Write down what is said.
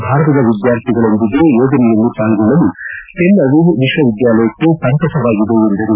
ಭಾರತದ ವಿದ್ಯಾರ್ಥಿಗಳೊಂದಿಗೆ ಯೋಜನೆಯಲ್ಲಿ ಪಾಲ್ಗೊಳ್ಳಲು ತೆಲ್ ಅವೀವ್ ವಿಶ್ವವಿದ್ಯಾಲಯಕ್ಕೆ ಸಂತಸವಾಗಿದೆ ಎಂದರು